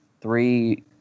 three